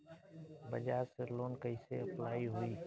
बजाज से लोन कईसे अप्लाई होई?